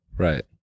Right